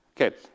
Okay